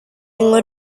minggu